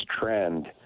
trend